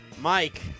Mike